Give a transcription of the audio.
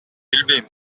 билбейм